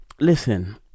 listen